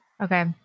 Okay